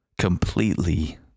Completely